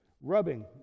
rubbing